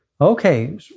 Okay